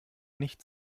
nicht